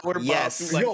Yes